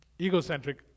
Egocentric